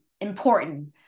important